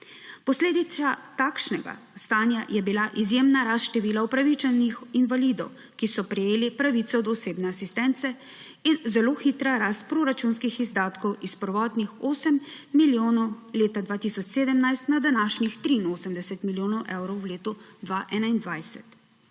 Posledica takšnega stanja je bila izjemna rast števila upravičenih invalidov, ki so prejeli pravico do osebne asistence, in zelo hitra rast proračunskih izdatkov s prvotnih 8 milijonov leta 2017 na današnjih 83 milijonov evrov v letu 2021.